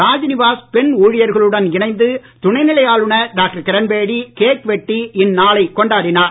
ராஜ்நிவாஸ் பெண் ஊழியர்களுடன் இணைந்து துணைநிலை ஆளுநர் டாக்டர் கிரண்பேடி கேக் வெட்டி இந்நாளை கொண்டாடினார்